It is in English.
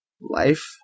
Life